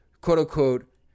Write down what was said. quote-unquote